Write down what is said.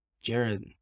Jared